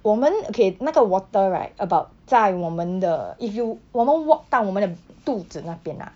我们 okay 那个 water right about 在我们的 if you 我们 walk 到我们的肚子那边 ah